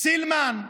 סילמן,